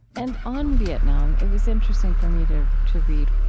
and on vietnam it was interesting for me to to read,